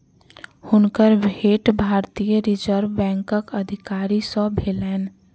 हुनकर भेंट भारतीय रिज़र्व बैंकक अधिकारी सॅ भेलैन